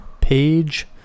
page